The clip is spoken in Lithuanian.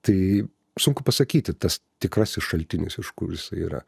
tai sunku pasakyti tas tikrasis šaltinis iš kur jisai yra